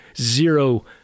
zero—